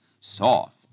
Soft